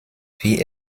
wie